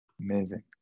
Amazing